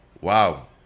Wow